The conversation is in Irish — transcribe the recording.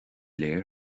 léir